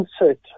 insert